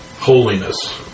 holiness